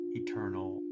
eternal